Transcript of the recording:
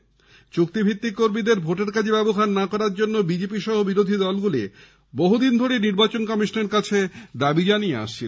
উল্লেখ্য চুক্তিভিত্তিক কর্মীদের ভোটের কাজে ব্যবহার না করার জন্য বিজেপিসহ বিরোধীরা বহুদিন ধরেই নির্বাচন কমিশনের কাছে দাবি জানিয়ে আসছে